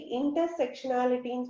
intersectionality